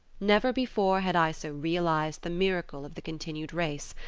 never before had i so realised the miracle of the continued race,